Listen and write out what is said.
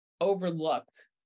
overlooked